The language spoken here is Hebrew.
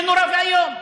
זה נורא ואיום.